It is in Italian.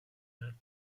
margine